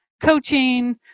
coaching